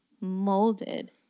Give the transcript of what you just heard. molded